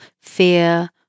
fear